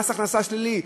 מס הכנסה שלילי,